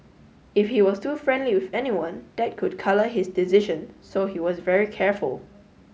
if he was too friendly with anyone that could colour his decision so he was very careful